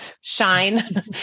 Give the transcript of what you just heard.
shine